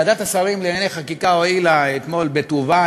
ועדת השרים לענייני חקיקה הואילה אתמול בטובה,